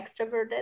extroverted